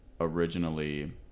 originally